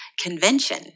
Convention